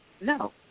no